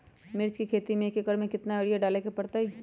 मिर्च के खेती में एक एकर में कितना यूरिया डाले के परतई?